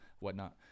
whatnot